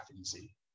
easy